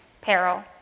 peril